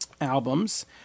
albums